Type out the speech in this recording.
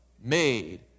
Made